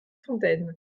fontaine